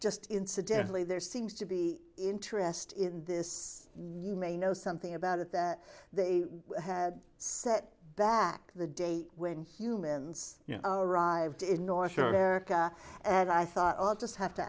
just incidentally there seems to be interest in this you may know something about it that they had set back the date when humans arrived in north america and i thought i'll just have to